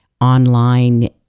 online